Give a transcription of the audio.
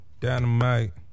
dynamite